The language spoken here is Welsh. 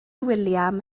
william